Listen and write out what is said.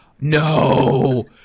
No